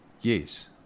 Yes